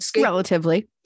relatively